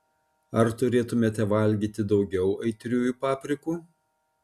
ar turėtumėte valgyti daugiau aitriųjų paprikų